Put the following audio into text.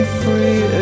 free